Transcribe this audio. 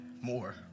more